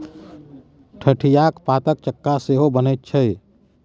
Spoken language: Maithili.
ठढियाक पातक चक्का सेहो बनैत छै